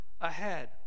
ahead